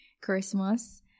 Christmas